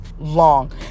long